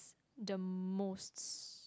the most